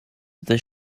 this